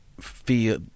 feel